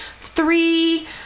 three